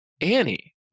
Annie